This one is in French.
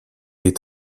est